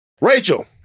Rachel